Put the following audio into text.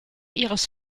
ihres